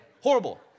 Horrible